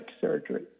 surgery